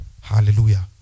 Hallelujah